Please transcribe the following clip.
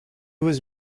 was